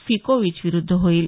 फिकोवीचविरुद्ध होईल